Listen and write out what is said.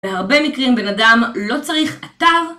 בהרבה מקרים בן אדם לא צריך אתר